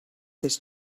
this